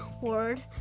word